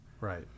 Right